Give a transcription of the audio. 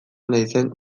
naizen